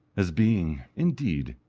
as being, indeed,